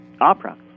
opera